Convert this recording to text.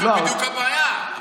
זו בדיוק הבעיה.